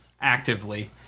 actively